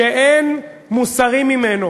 שאין מוסרי ממנו